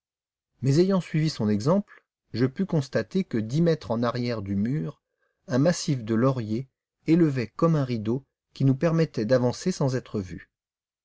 mais ayant suivi son exemple je pus constater que à dix mètres en arrière du mur un massif de lauriers élevait comme un rideau qui nous permettait d'avancer sans être vus